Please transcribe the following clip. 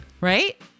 Right